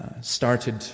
started